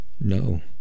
No